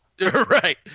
Right